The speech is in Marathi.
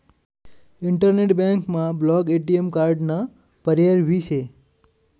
इंटरनेट बँकमा ब्लॉक ए.टी.एम कार्डाना पर्याय भी शे